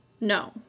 No